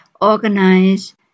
organize